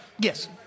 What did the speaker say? Yes